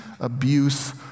abuse